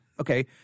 okay